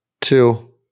two